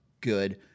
good